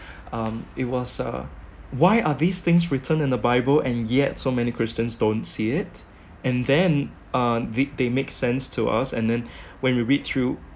um it was uh why are these things written in the bible and yet so many christians don't see it and then uh they they make sense to us and then when we read through